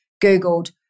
Googled